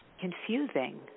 confusing